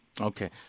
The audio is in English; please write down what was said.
Okay